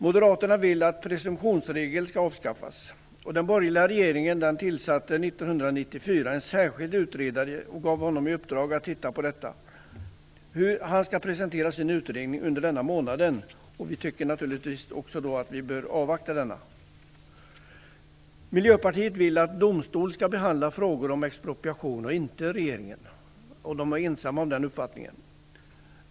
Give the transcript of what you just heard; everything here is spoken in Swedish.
Moderaterna vill att presumtionsregeln skall avskaffas. Den borgerliga regeringen tillsatte 1994 en särskild utredare som fick i uppdrag att titta på detta. Han skall presentera sin utredning denna månad. Naturligtvis bör denna avvaktas. Miljöpartiet vill att domstol, inte regeringen, skall behandla frågor om expropriation. Miljöpartiet är ensamt om den uppfattningen.